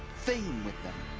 thing with them.